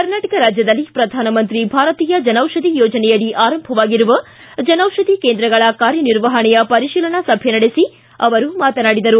ಕರ್ನಾಟಕ ರಾಜ್ಯದಲ್ಲಿ ಪ್ರಧಾನ ಮಂತ್ರಿ ಭಾರತೀಯ ಜನೌಷಧಿ ಯೋಜನೆಯಡಿ ಆರಂಭವಾಗಿರುವ ಜನೌಷಧಿ ಕೇಂದ್ರಗಳ ಕಾರ್ಯನಿರ್ವಹಣೆಯ ಪರಿಶೀಲನಾ ಸಭೆ ನಡೆಸಿ ಅವರು ಮಾತನಾಡಿದರು